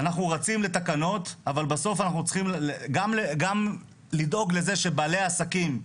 אנחנו רצים לתקנות אבל בסוף אנחנו צריכים גם לדאוג לזה שבעלי העסקים,